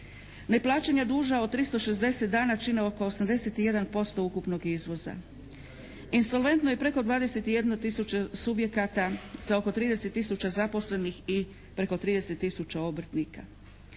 Neplaćanja duža od 360 dana čine oko 81% ukupnog izvoza. Insolventno je preko 21 tisuću subjekata sa oko 30 tisuća zaposlenih i preko 30 tisuća obrtnika.